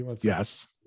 Yes